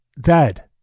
Dad